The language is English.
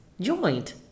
joint